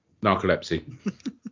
Narcolepsy